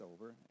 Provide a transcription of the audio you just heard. over